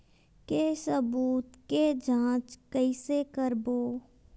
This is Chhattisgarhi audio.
के सबूत के जांच कइसे करबो?